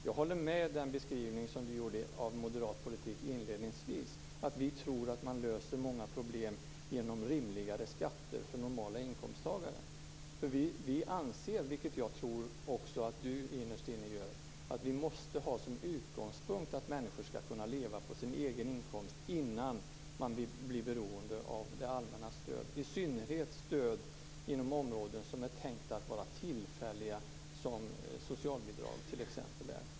Jag håller med om den beskrivning som Elisebeht Markström inledningsvis gjorde av moderat politik, att vi tror att man löser många problem genom rimligare skatter för människor med normala inkomster. Vi anser, vilket jag tror att även Elisebeht Markström innerst inne gör, att vi måste ha som utgångspunkt att människor skall kunna leva på sin egen inkomst innan de blir beroende av det allmännas stöd, i synnerhet stöd som är tänkta att vara tillfälliga, t.ex. socialbidrag.